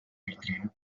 bertran